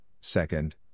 second